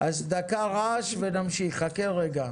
הנושא הראשון